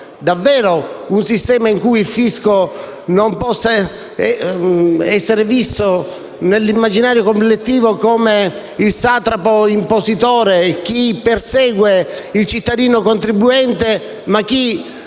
davvero un sistema in cui il fisco non sia visto, nell'immaginario collettivo, come il satrapo impositore che persegue il cittadino contribuente, ma come